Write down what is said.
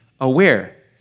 aware